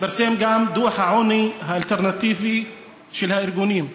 התפרסם גם דוח העוני האלטרנטיבי של הארגונים,